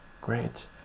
great